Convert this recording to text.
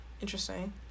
Interesting